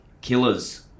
killers